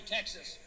Texas